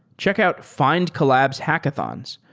check out findcollabs hackathons.